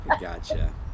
gotcha